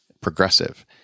progressive